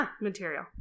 material